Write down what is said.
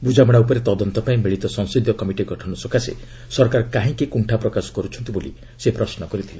ବୁଝାମଣା ଉପରେ ତଦନ୍ତ ପାଇଁ ମିଳିତ ସଂସଦୀୟ କମିଟି ଗଠନ ସକାଶେ ସରକାର କାହିଁକି କୁଣ୍ଡା ପ୍ରକାଶ କରୁଛନ୍ତି ବୋଲି ସେ ପ୍ରଶ୍ନ କରିଥିଲେ